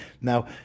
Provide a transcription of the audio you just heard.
Now